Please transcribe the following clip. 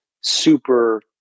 super